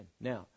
Now